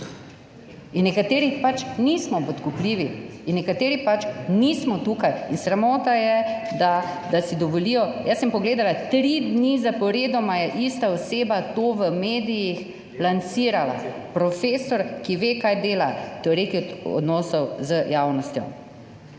in nekateri pač nismo podkupljivi in nekateri pač nismo tukaj in sramota je, da si dovolijo. Jaz sem pogledala, tri dni zaporedoma je ista oseba to v medijih lansirala, profesor, ki ve, kaj dela, teoretik odnosov z javnostjo.